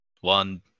One